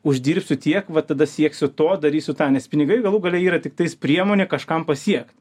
uždirbsiu tiek va tada sieksiu to darysiu tą nes pinigai galų gale yra tiktais priemonė kažkam pasiekt